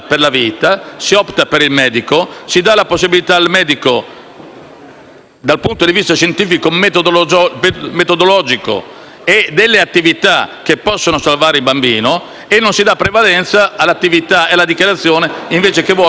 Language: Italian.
dal punto di vista scientifico, metodologico e delle attività che possono salvare il bambino e non si dà prevalenza alla dichiarazione, che invece vuole che il bambino venga soppresso nella maniera che sappiamo, facendo venir meno